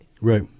Right